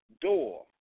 door